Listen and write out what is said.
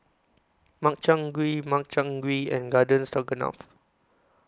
Makchang Gui Makchang Gui and Garden Stroganoff